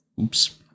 Oops